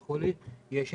וכו', לגבי